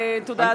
תודה,